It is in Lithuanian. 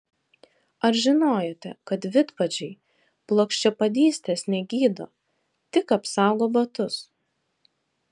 ar žinojote kad vidpadžiai plokščiapadystės negydo tik apsaugo batus